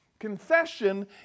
Confession